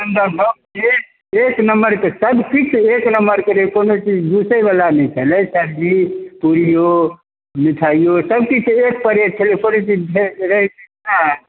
सुन्दर सब एक एक नम्बरके सब किछु एक नम्बरके रहै कोनो चीज दूसै बला नहि छलै सब्जी पूरिओ मिठाइओ सब चीज एक पर एक छलै कोनो चीज